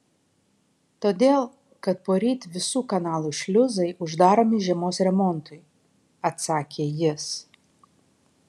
todėl kad poryt visų kanalų šliuzai uždaromi žiemos remontui atsakė jis